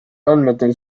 andmetel